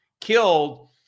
killed